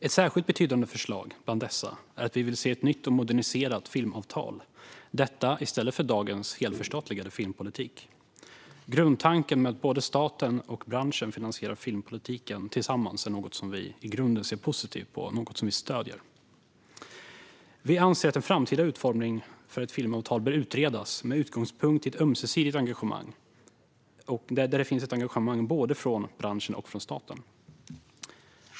Ett särskilt betydande förslag bland dessa är ett nytt och moderniserat filmavtal i stället för dagens helförstatligade filmpolitik. Grundtanken med att staten och branschen finansierar filmpolitiken tillsammans är något vi i grunden ser positivt på och stöder. Vi anser att en framtida utformning för ett filmavtal bör utredas med utgångspunkt i ett ömsesidigt engagemang från både branschen och staten.